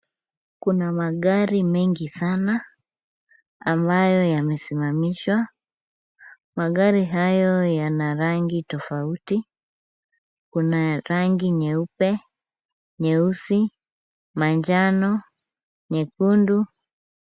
Kuna magari mengi sana ambayo yamesimamishwa. Magari hayo yana rangi tofauti. Kuna la rangi nyeupe, nyeusi, manjano, nyekundu.